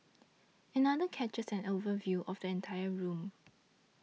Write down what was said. another captures an overview of the entire room